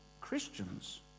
Christians